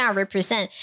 represent